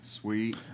Sweet